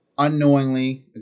unknowingly